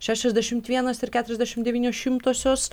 šešiasdešimt vienas ir keturiasdešimt devynios šimtosios